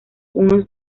unos